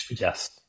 Yes